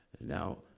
Now